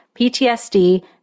PTSD